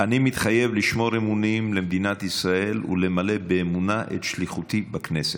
"אני מתחייב לשמור אמונים למדינת ישראל ולמלא באמונה את שליחותי בכנסת".